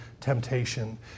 temptation